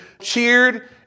cheered